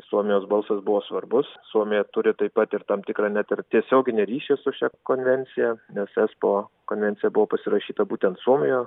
suomijos balsas buvo svarbus suomija turi taip pat ir tam tikrą net ir tiesioginį ryšį su šia konvencija nes esbo konvencija buvo pasirašyta būtent suomijoje